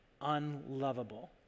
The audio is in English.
unlovable